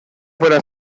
fuera